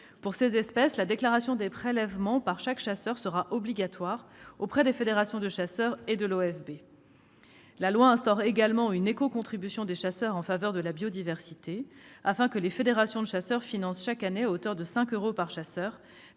Pour ces espèces, la déclaration des prélèvements par chaque chasseur sera obligatoire auprès des fédérations de chasseurs et de l'OFB. La loi instaure une éco-contribution afin que les fédérations de chasseurs financent chaque année, à hauteur de 5 euros par chasseur,